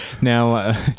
Now